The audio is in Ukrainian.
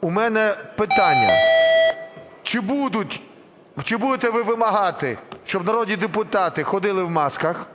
У мене питання. Чи будете ви вимагати, щоб народні депутати ходили в масках?